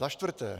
Za čtvrté.